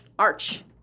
Arch